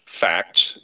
facts